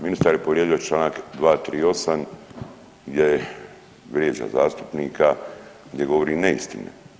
Ministar je povrijedio čl. 238. gdje vrijeđa zastupnika gdje govori neistine.